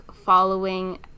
following